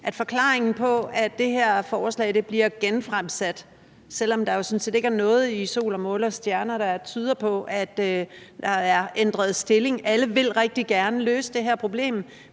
at forklaringen på, at det her forslag bliver genfremsat, selv om der jo sådan set ikke er noget i sol og måne og stjerner, der tyder på, at stillingen til det er blevet ændret – alle vil rigtig gerne løse det her problem,